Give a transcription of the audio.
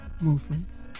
movements